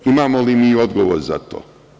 Imamo li mi odgovor za to?